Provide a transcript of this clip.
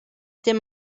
dim